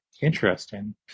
Interesting